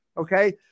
Okay